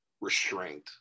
restraint